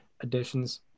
additions